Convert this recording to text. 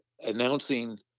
announcing